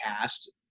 cast